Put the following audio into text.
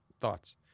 thoughts